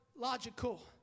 logical